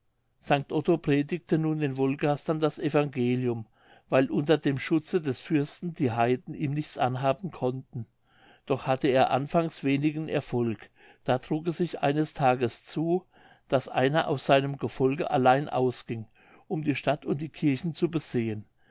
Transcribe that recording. st otto predigte nun den wolgastern das evangelium weil unter dem schutze des fürsten die heiden ihm nichts anhaben konnten doch hatte er anfangs wenigen erfolg da trug es sich eines tages zu daß einer aus seinem gefolge allein ausging um die stadt und die kirchen zu besehen